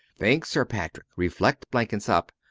think, sir patrick. reflect, blenkinsop.